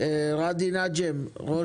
לא צריך להגיש הצעת חוק.